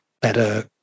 better